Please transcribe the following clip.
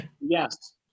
Yes